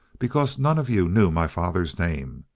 because none of you knew my father's name.